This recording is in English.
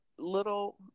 Little